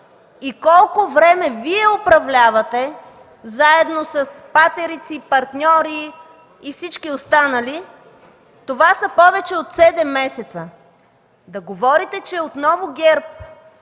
и колко време Вие управлявате заедно с патерици, партньори и всички останали, това са повече от 7 месеца. Да говорите, че отново ГЕРБ